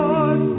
Lord